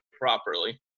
properly